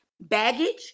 baggage